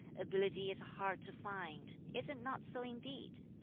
ability is hard to find. is it not so indeed?